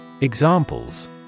Examples